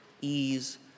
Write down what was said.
ease